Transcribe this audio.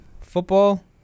football